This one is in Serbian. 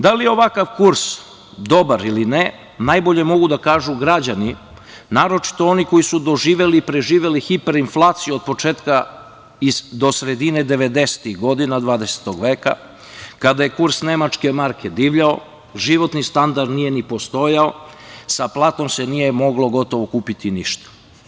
Da li je ovakav kurs dobar ili ne, najbolje mogu da kažu građani, naročito oni koji su doživeli i preživeli hiperinflaciju od početka do sredine devedesetih godina 20. veka kada je kurs nemačke marke divljao, životni standard nije ni postojao, sa platom se nije moglo gotovo ništa kupiti.